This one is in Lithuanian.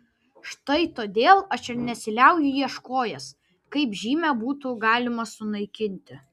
štai todėl aš ir nesiliauju ieškojęs kaip žymę būtų galima sunaikinti